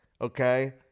okay